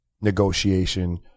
negotiation